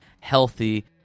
healthy